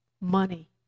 money